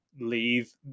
leave